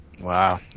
Wow